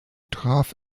traf